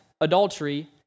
adultery